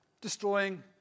Destroying